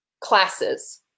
classes